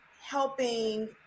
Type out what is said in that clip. helping